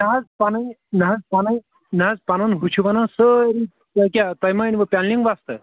نَہ حظ پَنٕنۍ نَہ حظ پَنٕنۍ نَہ حظ پَنُن ہُہ چھُ وَنان سٲری کیٛاہ کیٛاہ تۄہہِ ما أنوٕ پِیَنٛلِنٛگ وۄستہٕ